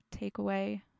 takeaway